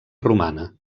romana